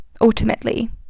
ultimately